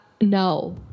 No